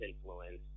influence